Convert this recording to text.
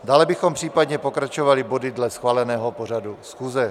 Dále bychom případně pokračovali body dle schváleného pořadu schůze.